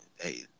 hey